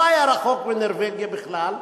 לא היה רחוק מנורבגיה בכלל: